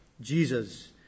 Jesus